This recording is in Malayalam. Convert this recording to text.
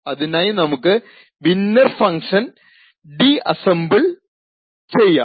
അതിനായി നമുക്ക് വിന്നെർ ഫങ്ക്ഷൻ ഡിസ്അസ്സെംബിൾ ചെയ്യാം